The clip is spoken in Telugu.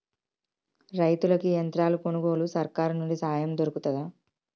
రైతులకి యంత్రాలు కొనుగోలుకు సర్కారు నుండి సాయం దొరుకుతదా?